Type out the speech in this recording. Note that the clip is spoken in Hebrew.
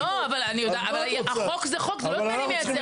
לא, אבל החוק זה חוק, זה לא את מי אני מייצגת.